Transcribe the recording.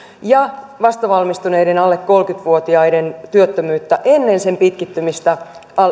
ja vasta valmistuneiden alle kolmekymmentä vuotiaiden työttömyyttä ennen sen pitkittymistä